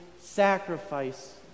sacrifice